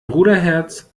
bruderherz